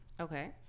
Okay